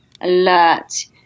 alert